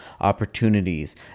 opportunities